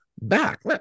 back